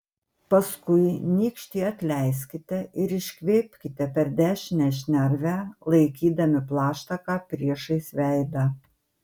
paskui nykštį atleiskite ir iškvėpkite per dešinę šnervę laikydami plaštaką priešais veidą